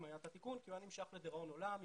היה התיקון כי הוא היה נמשך לדיראון עולם,